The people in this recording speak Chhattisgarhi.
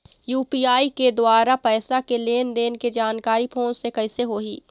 यू.पी.आई के द्वारा पैसा के लेन देन के जानकारी फोन से कइसे होही?